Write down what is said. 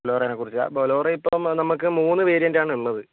ബൊലോറോനെ കുറിച്ചാണ് ബൊലേറോ ഇപ്പം നമുക്ക് മൂന്ന് വേരിയൻറ്റാണ് ഉള്ളത്